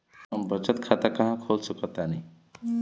हम बचत खाता कहां खोल सकतानी?